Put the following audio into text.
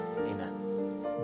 Amen